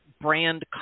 brand